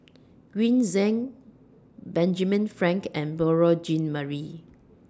Green Zeng Benjamin Frank and Beurel Jean Marie